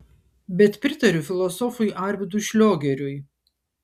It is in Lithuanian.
bet pritariu filosofui arvydui šliogeriui